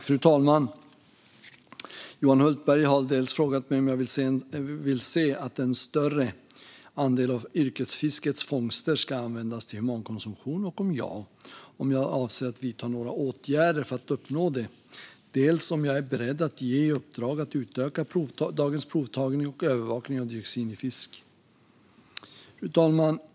Fru talman! Johan Hultberg har frågat mig dels om jag vill att en större andel av yrkesfiskets fångster ska användas till humankonsumtion, och om svaret är ja, om jag avser att vidta några åtgärder för att uppnå det, dels om jag är beredd att ge i uppdrag att utöka dagens provtagning och övervakning av dioxin i fisk. Fru talman!